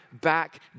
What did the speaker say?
back